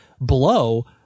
blow